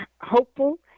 hopeful